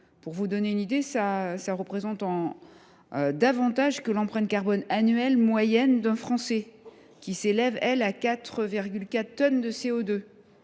Pour vous donner une idée, ce volume est supérieur à l’empreinte carbone annuelle moyenne d’un Français, qui s’élève, elle, à 4,4 tonnes de CO2.